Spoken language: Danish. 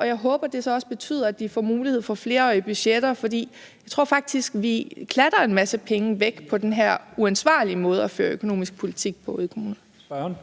og jeg håber, det så også betyder, at de får mulighed for flerårige budgetter. For jeg tror faktisk, at vi klatter en masse penge væk på den her uansvarlige måde at føre økonomisk politik på ude i kommunerne.